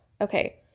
Okay